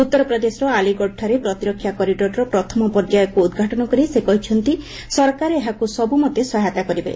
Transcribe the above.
ଉତ୍ତରପ୍ରଦେଶର ଆଲିଗଡ଼ଠାରେ ପ୍ରତିରକ୍ଷା କରିଡ଼ରର ପ୍ରଥମ ପର୍ଯ୍ୟାୟକୁ ଉଦ୍ଘାଟନ କରି ସେ କହିଛନ୍ତି ସରକାର ଏହାକୁ ସବୂମତେ ସହାୟତା କରିବେ